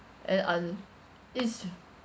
and and it's to